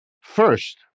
First